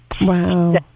Wow